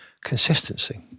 Consistency